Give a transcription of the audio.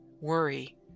worry